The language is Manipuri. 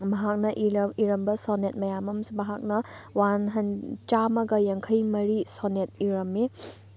ꯃꯍꯥꯛꯅ ꯏꯔꯝꯕ ꯁꯣꯅꯦꯠ ꯃꯌꯥꯝ ꯑꯃꯁꯨ ꯃꯍꯥꯛꯅ ꯋꯥꯟ ꯍꯟ ꯆꯥꯝꯃꯒ ꯌꯥꯡꯈꯩ ꯃꯔꯤ ꯁꯣꯅꯦꯠ ꯏꯔꯝꯃꯤ